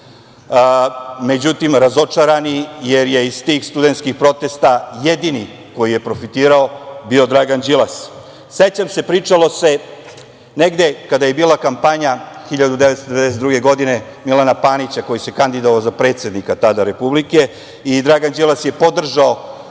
međutim, razočarani jer je iz tih studentskih protesta jedini koji je profitirao bio Dragan Đilas.Sećam se, pričalo se negde kada je bila kampanja 1992. godine, Milana Panića koji se kandidovao za predsednika Republike i Dragan Đilas je podržao